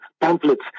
pamphlets